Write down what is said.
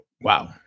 Wow